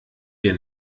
wir